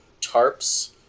tarps